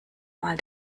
mal